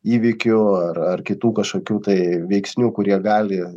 įvykių ar ar kitų kažkokių tai veiksnių kurie gali